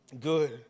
good